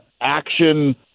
Action